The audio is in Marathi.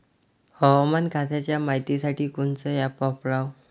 हवामान खात्याच्या मायतीसाठी कोनचं ॲप वापराव?